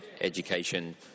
education